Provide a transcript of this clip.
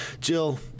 Jill